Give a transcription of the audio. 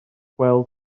gweld